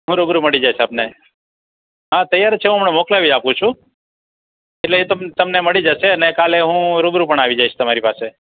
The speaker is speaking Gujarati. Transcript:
હું રૂબરૂ મળી જઈશ આપને હા તૈયાર જ છે હું હમણાં મોકલાવી આપું છું એટલે એ તમને મળી જશે અને કાલે હું રૂબરૂ પણ આવી જઈશ તમારી પાસે